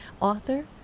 Author